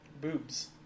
boobs